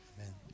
Amen